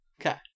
Okay